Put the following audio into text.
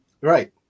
Right